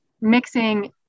mixing